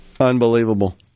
Unbelievable